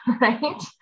right